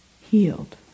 healed